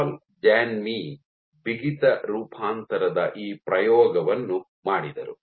ಪಾಲ್ ಜಾನ್ಮಿ ಬಿಗಿತ ರೂಪಾಂತರದ ಈ ಪ್ರಯೋಗವನ್ನು ಮಾಡಿದರು